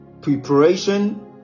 preparation